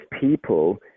people –